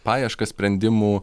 paieškas sprendimų